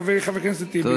חברי חבר הכנסת טיבי.